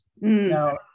now